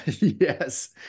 Yes